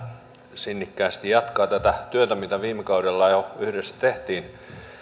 sinnikkäästi jatkaa tätä työtä mitä viime kaudella jo yhdessä tehtiin